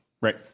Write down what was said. Right